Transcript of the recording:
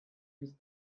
mis